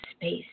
space